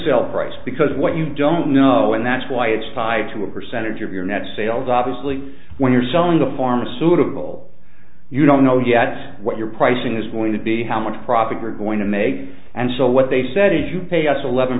sale price because what you don't know and that's why it's tied to a percentage of your net sales obviously when you're selling a pharmaceutical you don't know yet what your pricing is going to be how much profit we're going to make and so what they said is you pay us eleven